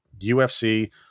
UFC